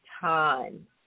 time